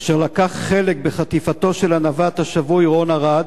אשר לקח חלק בחטיפתו של הנווט השבוי רון ארד,